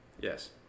Yes